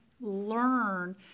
learn